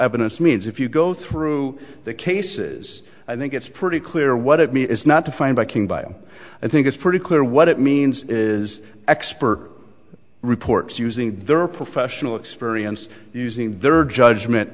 evidence means if you go through the cases i think it's pretty clear what it is not to find biking by i think it's pretty clear what it means is expert reports using their professional experience using their judgment